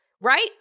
right